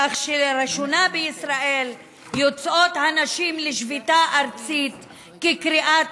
כך שלראשונה בישראל יוצאות הנשים לשביתה ארצית כקריאת